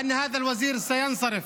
ושהשר הזה יסתלק,